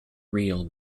real